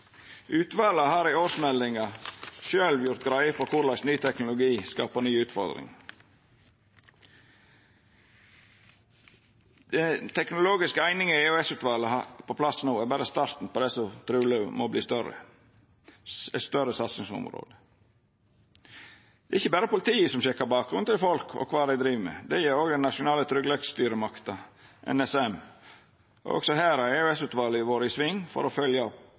Utvalet har i årsmeldinga sjølv gjort greie for korleis ny teknologi skapar nye utfordringar. Den teknologiske eininga EOS-utvalet har på plass no, er berre starten på det som truleg må verta eit større satsingsområde. Det er ikkje berre politiet som sjekkar bakgrunnen til folk og kva dei driv med, det gjer også den nasjonale tryggleiksstyresmakta, NSM. Også her har EOS-utvalet vore i sving for å følgja opp